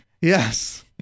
Yes